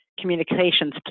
communications